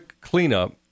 Cleanup